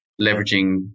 leveraging